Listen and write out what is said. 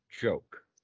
joke